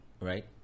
right